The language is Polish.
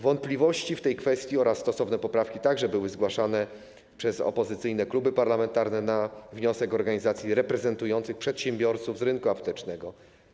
Wątpliwości w tej kwestii oraz stosowne poprawki także były zgłaszane przez opozycyjne kluby parlamentarne na wniosek organizacji reprezentujących przedsiębiorców z rynku aptecznego.